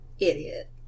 idiot